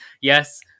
yes